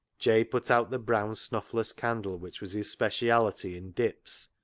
jabe put out the brown snuffless candle which was his speciality in dips,